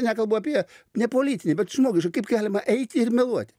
nekalbu apie nepolitinį bet žmogišką kaip galima eiti ir meluoti